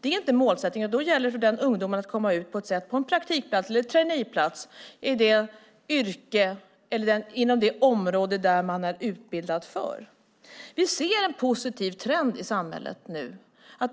Det är inte målsättningen. Det gäller för den unga att komma ut på en praktikplats eller traineeplats inom det område som man är utbildad för. Vi ser en positiv trend i samhället nu.